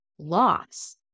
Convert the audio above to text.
loss